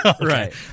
Right